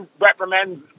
reprimands